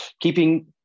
keeping